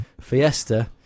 Fiesta